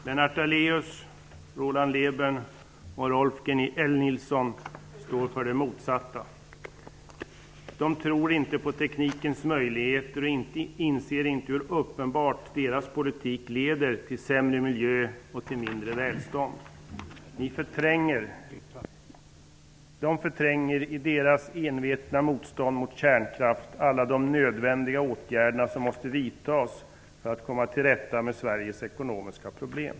Lennart Daléus, Roland Lében och Rolf L Nilson står för det motsatta. De tror inte på teknikens möjligheter och inser inte hur uppenbart deras politik leder till sämre miljö och mindre välstånd. De förtränger i sitt envetna motstånd mot kärnkraft alla de nödvändiga åtgärder som måste vidtas för att komma till rätta med Sveriges ekonomiska problem.